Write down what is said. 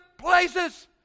places